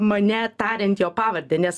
mane tariant jo pavardę nes